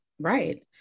right